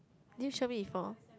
did you show me before